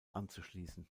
anzuschließen